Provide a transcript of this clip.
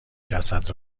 جسد